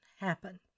happen